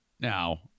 Now